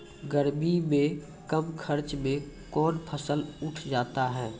गर्मी मे कम खर्च मे कौन फसल उठ जाते हैं?